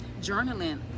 journaling